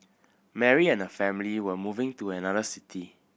Mary and her family were moving to another city